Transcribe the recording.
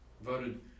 Voted